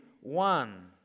one